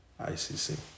ICC